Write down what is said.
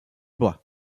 bois